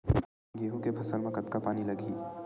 गेहूं के फसल म कतका पानी लगही?